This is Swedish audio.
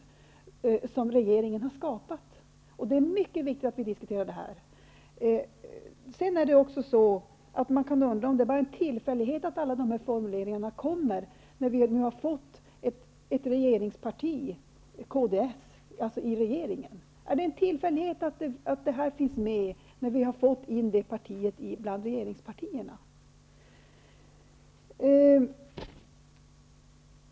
Det är en osäkerhet som regeringen har skapat, och det är mycket viktigt att vi diskuterar frågan. Är dessa formuleringar en tillfällighet, eller beror de på att kds ingår i regeringen? Kan de, eftersom detta parti finns med bland regeringspartierna, vara en tillfällighet?